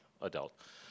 adult